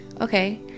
okay